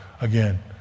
again